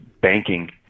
banking